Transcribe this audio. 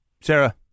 Sarah